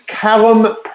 Callum